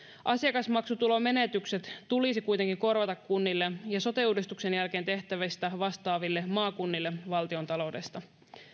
asiakasmaksutulomenetykset tulisi kuitenkin korvata kunnille ja sote uudistuksen jälkeen tehtävistä vastaaville maakunnille valtiontaloudesta